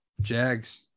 Jags